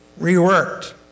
reworked